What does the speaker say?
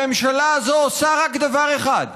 הממשלה הזאת עושה רק דבר אחד,